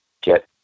get